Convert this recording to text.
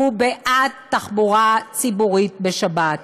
הוא בעד תחבורה ציבורית בשבת.